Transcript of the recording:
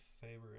favorite